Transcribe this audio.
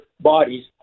bodies